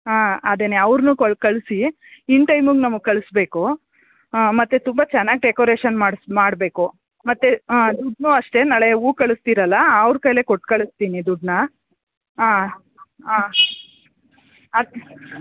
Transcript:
ಹಾಂ ಅದೇ ಅವ್ರನ್ನು ಕೊ ಕಳಿಸಿ ಇನ್ ಟೈಮುಗೆ ನಮಗೆ ಕಳ್ಸ ಬೇಕು ಮತ್ತು ತುಂಬ ಚೆನ್ನಾಗಿ ಡೆಕೋರೆಷನ್ ಮಾಡ್ಸಿ ಮಾಡಬೇಕು ಮತ್ತು ದುಡ್ಡನ್ನು ಅಷ್ಟೆ ನಾಳೆ ಹೂ ಕಳಿಸ್ತೀರಲ್ಲಾ ಅವ್ರ ಕೈಲೇ ಕೊಟ್ಟು ಕಳಿಸ್ತೀನಿ ದುಡ್ಡನ್ನ ಹಾಂ ಹಾಂ ಅಗ